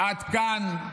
עד כאן,